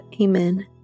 Amen